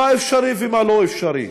מה אפשרי ומה לא אפשרי.